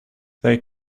they